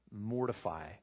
mortify